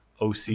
OC